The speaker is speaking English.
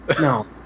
No